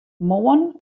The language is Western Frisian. moarn